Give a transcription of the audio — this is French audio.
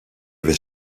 vais